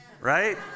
right